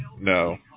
No